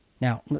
Now